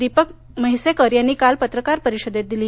दीपक म्हैसेकर यांनी काल पत्रकार परिषदेत दिली